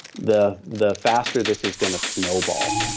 the the faster this is going to snowball.